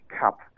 cup